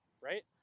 right